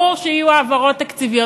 ברור שיהיו העברות תקציביות.